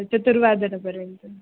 चतुर्वादनपर्यन्तम्